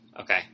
Okay